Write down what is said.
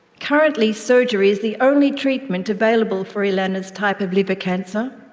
currently surgery is the only treatment available for elana's type of liver cancer,